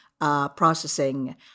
processing